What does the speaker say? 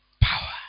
power